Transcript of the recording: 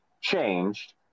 changed